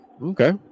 okay